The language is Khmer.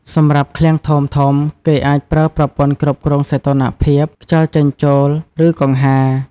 សម្រាប់ឃ្លាំងធំៗ គេអាចប្រើប្រព័ន្ធគ្រប់គ្រងសីតុណ្ហភាព ខ្យល់ចេញចូល ឬកង្ហារ។